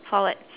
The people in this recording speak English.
forward